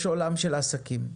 יש עולם של עסקים,